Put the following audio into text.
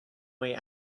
way